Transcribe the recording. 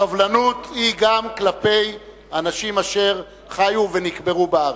סובלנות היא גם כלפי אנשים אשר חיו ונקברו בארץ,